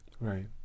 Right